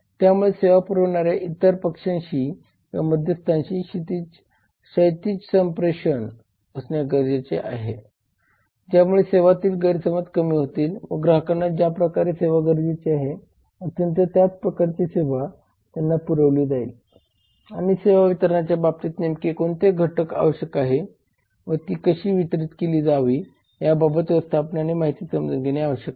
त्यामुळे सेवा पुरवणाऱ्या इतर पक्षांशी किंवा मध्यस्थाशी क्षैतिज संप्रेषण असणे गरजेचे आहे ज्यामुळे संवादातील गैरसमज कमी होतील व ग्राहकांना ज्याप्रकरच्या सेवेची गरज आहे अत्यंत त्याच प्रकारची सेवा त्यांना पुरवली जाईल आणि सेवा वितरणाच्या बाबतीत नेमके कोणते घटक आवश्यक आहे व ती सेवा कशी वितरित केली जावी या बाबत व्यवस्थापनाने माहिती समजून घेणे आवश्यक आहे